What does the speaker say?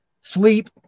sleep